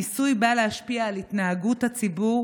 המיסוי בא להשפיע על התנהגות הציבור